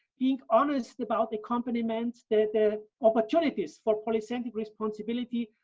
being honest and about accompaniment, the opportunities for polycentric responsibility,